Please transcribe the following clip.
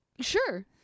Sure